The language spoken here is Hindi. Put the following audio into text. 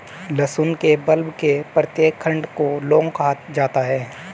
लहसुन के बल्ब के प्रत्येक खंड को लौंग कहा जाता है